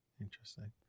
Interesting